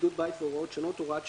(בידוד בית והוראות שונות) (הוראת שעה),